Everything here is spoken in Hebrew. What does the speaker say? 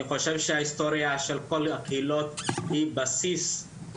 אני חושב שההיסטוריה של כל הקהילות היא בסיס,